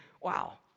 wow